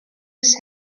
his